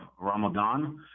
Ramadan